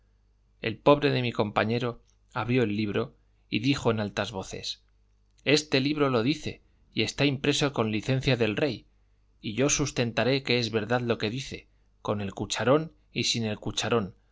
el pobre de mi compañero abrió el libro y dijo en altas voces este libro lo dice y está impreso con licencia del rey y yo sustentaré que es verdad lo que dice con el cucharón y sin el cucharón